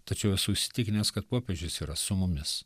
tačiau esu įsitikinęs kad popiežius yra su mumis